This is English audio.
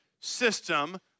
system